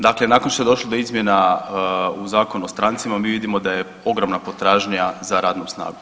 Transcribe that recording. Dakle, nakon što je došlo do izmjena u Zakonu o strancima mi vidimo da je ogromna potražnja za radnom snagom.